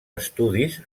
estudis